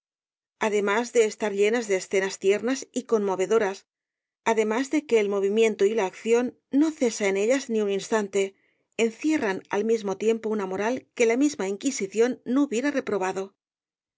además de estar llenas de escenas tiernas y conmovedoras además de que el movimiento y la acción no cesa en ellas ni un instante encierran al mismo tiempo una moral que la misma inquisición no hubiera reprobado